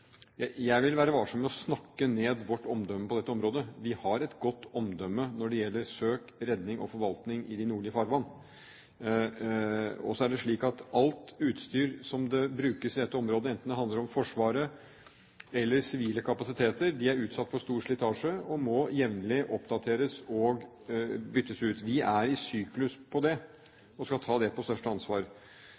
dette området. Vi har et godt omdømme når det gjelder søk, redning og forvaltning i de nordlige farvann. Så er det slik at alt utstyr som brukes i dette området, enten det handler om Forsvaret eller sivile kapasiteter, er utsatt for stor slitasje og må jevnlig oppdateres og byttes ut. Vi er i syklus på det, og skal ta det på største